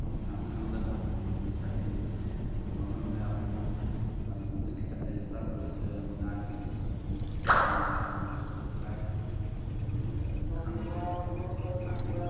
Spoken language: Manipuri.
ꯑꯩꯈꯣꯏꯅ ꯈꯪꯂꯒ ꯃꯐꯝꯗꯨꯗ ꯆꯠꯀꯅꯤ ꯑꯗꯨ ꯃꯐꯝꯗꯨꯗ ꯑꯩꯈꯣꯏꯅ ꯂꯝꯗꯝꯗꯨꯒꯤ ꯆꯠꯅꯔꯤꯕ ꯀꯜꯆꯔ ꯑꯃ ꯅꯥꯠꯅꯆꯤꯡꯕꯁꯨ ꯑꯩꯈꯣꯏꯅ ꯈꯪꯕꯒꯤ ꯑꯩꯈꯣꯏꯅ ꯃꯊꯧ ꯇꯥꯏ ꯑꯗꯨ ꯄꯨꯝꯅꯃꯛꯇꯣ ꯑꯩꯈꯣꯏꯅ ꯈꯪꯂꯒ ꯂꯥꯛꯀꯅꯤ